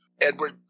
Edward